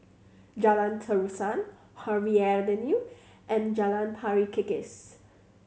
Jalan Terusan Harvey and Jalan Pari Kikis